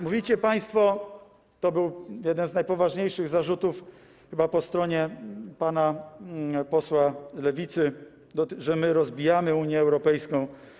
Mówicie państwo, to był jeden z najpoważniejszych zarzutów, chyba po stronie pana posła Lewicy, że my rozbijamy Unię Europejską.